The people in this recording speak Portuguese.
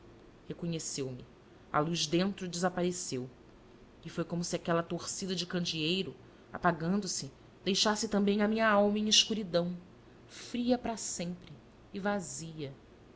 reconheceu-me a luz dentro desapareceu e foi como se aquela torcida de candeeiro apagandose deixasse também a minha alma em escuridão fria para sempre e vazia